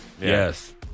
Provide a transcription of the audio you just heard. Yes